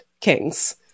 kings